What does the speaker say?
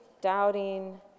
doubting